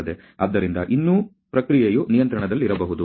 ಆದ್ದರಿಂದ ಇನ್ನೂ ಪ್ರಕ್ರಿಯೆಯು ನಿಯಂತ್ರಣದಲ್ಲಿರಬಹುದು